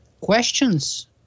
questions